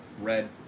red